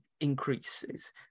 increases